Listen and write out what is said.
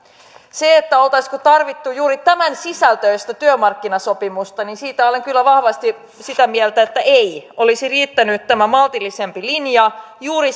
siitä oltaisiinko tarvittu juuri tämän sisältöistä työmarkkinasopimusta olen kyllä vahvasti sitä mieltä että ei olisi riittänyt tämä maltillisempi linja juuri